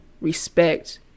respect